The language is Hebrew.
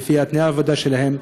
מול תנאי העבודה שלהם,